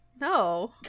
No